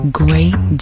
great